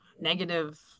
negative